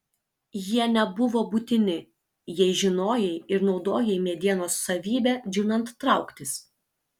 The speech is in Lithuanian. jie nebuvo būtini jei žinojai ir naudojai medienos savybę džiūnant trauktis